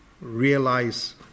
realize